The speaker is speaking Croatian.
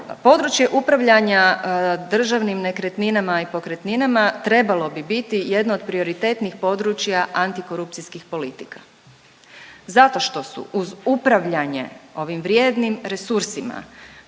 Područje upravljanja državnim nekretninama i pokretninama trebalo bi biti jedno od prioritetnih područja antikorupcijskih politika zato što su uz upravljanje ovim vrijednim resursima